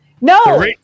No